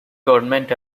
government